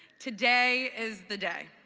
today is the day.